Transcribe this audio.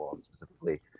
specifically